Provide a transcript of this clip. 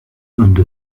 onto